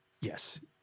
yes